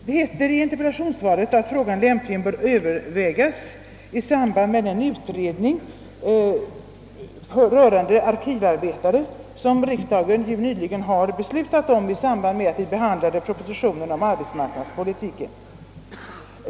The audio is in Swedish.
Det heter i interpellationssvaret att frågan lämpligen bör övervägas i samband med den utredning rörande arkivarbetare som riksdagen nyligen har beslutat om i samband med att vi behandlade propositionen om arbetsmarknadspolitiken.